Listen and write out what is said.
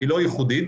היא לא ייחודית,